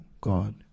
God